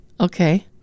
Okay